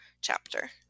chapter